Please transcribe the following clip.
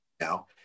now